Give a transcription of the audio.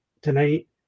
tonight